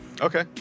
Okay